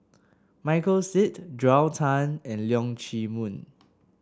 Michael Seet Joel Tan and Leong Chee Mun